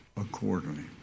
accordingly